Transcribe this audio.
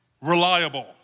reliable